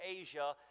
Asia